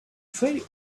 very